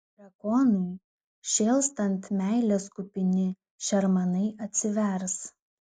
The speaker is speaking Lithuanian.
drakonui šėlstant meilės kupini šermanai atsivers